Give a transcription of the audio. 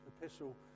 epistle